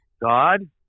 God